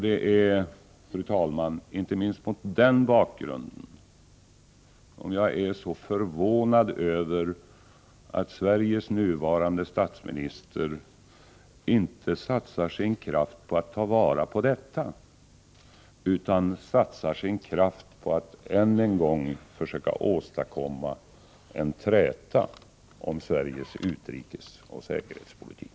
Det är, fru talman, inte minst mot den bakgrunden som jag är så förvånad över att Sveriges nuvarande statsminister inte satsar sin kraft på att ta vara på detta, utan satsar sin kraft på att än en gång försöka åstadkomma en träta om Sveriges utrikesoch säkerhetspolitik.